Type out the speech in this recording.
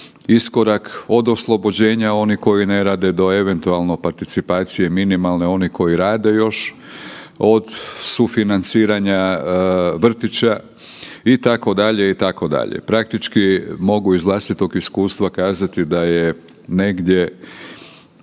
iskorak, od oslobođenja onih koji ne rade, do eventualno participacije minimalne onih koji rade još, od sufinanciranja vrtića itd., itd. Praktički mogu iz vlastitog iskustva kazati da je negdje